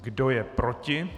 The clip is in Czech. Kdo je proti?